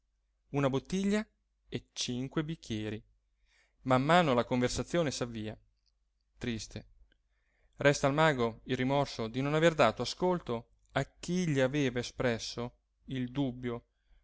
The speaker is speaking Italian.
una bottiglia e cinque bicchieri man mano la conversazione s'avvia triste resta al mago il rimorso di non aver dato ascolto a chi gli aveva espresso il dubbio